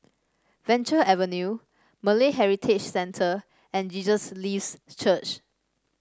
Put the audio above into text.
Venture Avenue Malay Heritage Centre and Jesus Lives Church